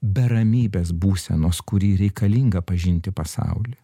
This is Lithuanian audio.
be ramybės būsenos kuri reikalinga pažinti pasaulį